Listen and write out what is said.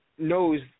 knows